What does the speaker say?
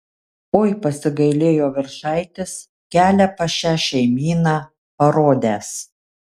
oi pasigailėjo viršaitis kelią pas šią šeimyną parodęs